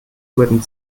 wurden